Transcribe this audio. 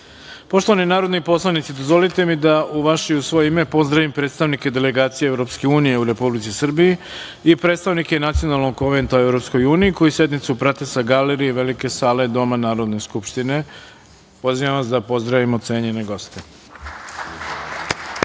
Urošević. Poštovani narodni poslanici, dozvolite mi da u vaše i u svoje ime pozdravim predstavnike delegacije Evropske unije u Republici Srbiji i predstavnike Nacionalnog konventa u EU, koji sednicu prate sa galerije velike sale Doma Narodne skupštine. Pozivamo vas da pozdravimo cenjene goste.U